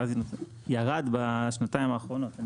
ירד בשנתיים האחרונות.